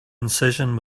incision